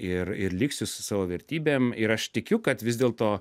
ir ir liksiu su savo vertybėm ir aš tikiu kad vis dėlto